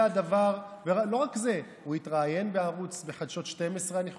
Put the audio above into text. לא רק זה, הוא התראיין לחדשות 12, אני חושב,